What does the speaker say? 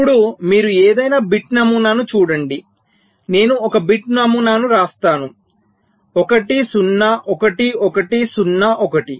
ఇప్పుడు మీరు ఏదైనా బిట్ నమూనాను చూడండి నేను ఒక బిట్ నమూనాను వ్రాస్తాను 1 0 1 1 0 1